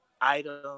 item